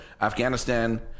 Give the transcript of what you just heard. Afghanistan